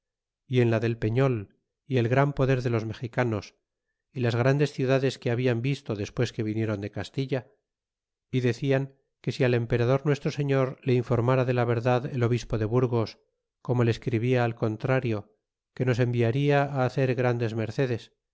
y en la del pellol y el gran poder de los mexicanos y las grandes ciudades que hablan visto despues que vinieron de castilla y decian que si al emperador nuestro señor le informa ra de la verdad el obispo de burgos como le escribia al contrario que nos enviarla hacer grandes mercedes